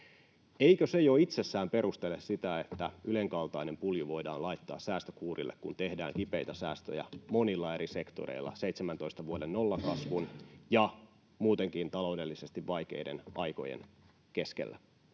Eikö se jo itsessään perustele sitä, että Ylen kaltainen pulju voidaan laittaa säästökuurille, kun tehdään kipeitä säästöjä monilla eri sektoreilla 17 vuoden nollakasvun ja muutenkin taloudellisesti vaikeiden aikojen keskellä?